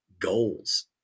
goals